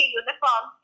uniform